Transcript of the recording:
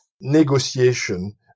negotiation